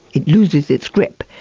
it loses its grip,